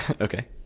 okay